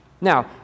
Now